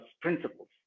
principles